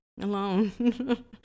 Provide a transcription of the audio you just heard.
alone